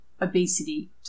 obesity